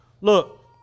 Look